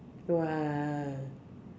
!wah!